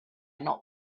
not